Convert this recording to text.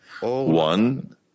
One